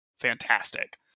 fantastic